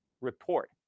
report